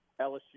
LSU